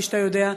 כפי שאתה יודע,